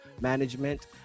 management